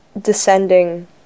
descending